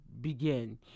begin